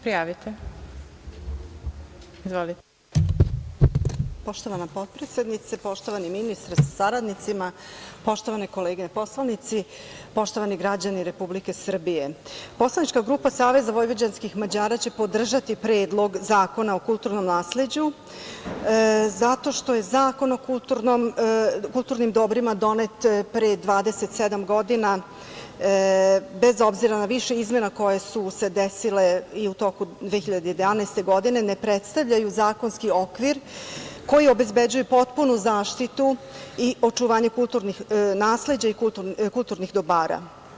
Poštovana potpredsednice, poštovani ministre sa saradnicima, poštovane kolege poslanici, poštovani građani Republike Srbije, poslanička grupa SVM će podržati Predlog zakona o kulturnom nasleđu zato što je Zakon o kulturnim dobrima donet pre 27 godina i bez obzira na više izmena koje su se desile i u toku 2011. godine, ne predstavljaju zakonski okvir koji obezbeđuje potpunu zaštitu i očuvanje kulturnih nasleđa i kulturnih dobara.